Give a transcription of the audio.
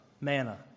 manna